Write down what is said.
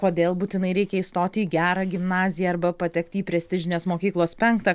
kodėl būtinai reikia įstoti į gerą gimnaziją arba patekti į prestižinės mokyklos penktą